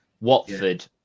Watford